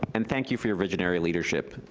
and thank you for your visionary leadership.